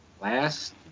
Last